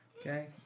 Okay